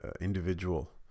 individual